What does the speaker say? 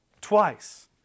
twice